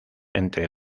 entre